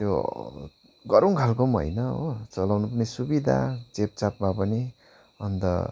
त्यो गह्रौँ खालको पनि होइन हो चलाउनु पनि सुविधा चेपचापमा पनि अन्त